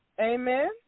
Amen